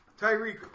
Tyreek